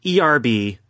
ERB